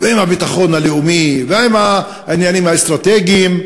ועם הביטחון הלאומי ועם העניינים האסטרטגיים,